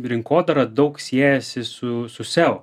rinkodara daug siejasi su su seo